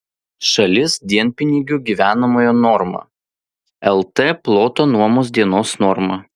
šalis dienpinigių gyvenamojo norma lt ploto nuomos dienos norma